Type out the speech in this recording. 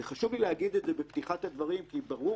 חשוב לי להגיד את זה בפתיחת הדברים כי ברור